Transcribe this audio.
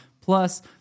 Plus